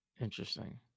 Interesting